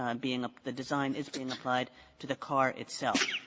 um being the design is being applied to the car itself.